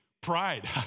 pride